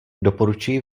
doporučuji